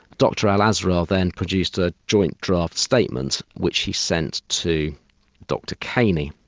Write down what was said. dr alazra then produced a joint draft statement which he sent to dr kaney,